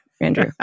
Andrew